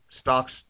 stocks